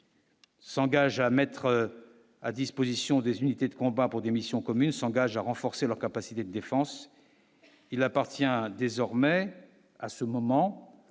S'engage à mettre à disposition des unités de combat pour des missions communes s'engagent à renforcer leurs capacités de défense, il appartient désormais à ce moment